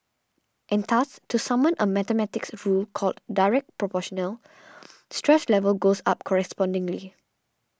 and thus to summon a mathematics rule called Directly Proportional stress levels go up correspondingly